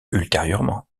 ultérieurement